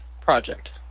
Project